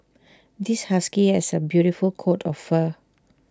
this husky has A beautiful coat of fur